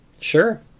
Sure